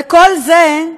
על מה את מדברת?